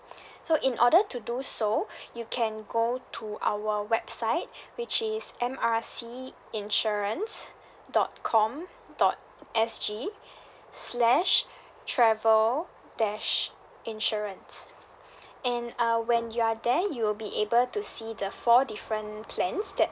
so in order to do so you can go to our website which is M R C insurance dot com dot S_G slash travel dash insurance and uh when you are there you'll be able to see the four different plans that